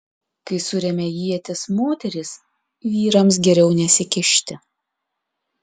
kai suremia ietis moterys vyrams geriau nesikišti